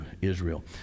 Israel